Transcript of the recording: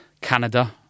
Canada